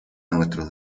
nuestros